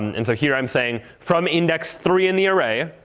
and and so here i'm saying, from index three in the array,